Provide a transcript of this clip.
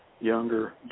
younger